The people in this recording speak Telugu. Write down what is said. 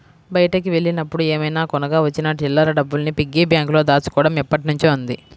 బయటికి వెళ్ళినప్పుడు ఏమైనా కొనగా వచ్చిన చిల్లర డబ్బుల్ని పిగ్గీ బ్యాంకులో దాచుకోడం ఎప్పట్నుంచో ఉంది